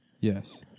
Yes